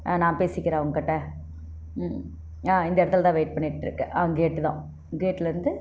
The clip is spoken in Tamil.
நான் பேசிக்கிறேன் அவங்கக் கிட்டே ம் ஆ இந்த இடத்துல தான் வெயிட் பண்ணிகிட்ருக்கேன் ஆ கேட்டு தான் கேட்டில் இருந்து